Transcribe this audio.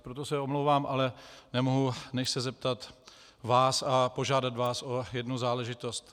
Proto se omlouvám, ale nemohu než se zeptat vás a požádat vás o jednu záležitost.